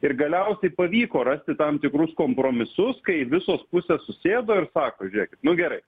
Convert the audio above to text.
ir galiausiai pavyko rasti tam tikrus kompromisus kai visos pusės susėdo ir sako žiūrėkit nu gerai